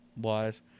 Wise